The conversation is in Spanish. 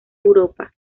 europa